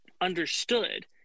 understood